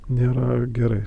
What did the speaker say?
nėra gerai